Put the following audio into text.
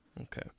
okay